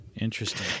Interesting